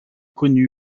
connu